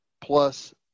plus